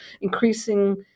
increasing